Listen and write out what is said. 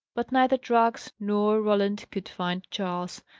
but neither drags nor roland could find charles.